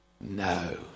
No